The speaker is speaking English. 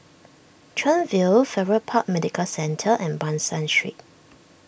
Chuan View Farrer Park Medical Centre and Ban San Street